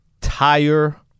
tire